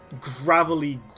gravelly